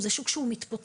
זה שוק שהוא מתפוצץ,